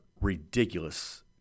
ridiculous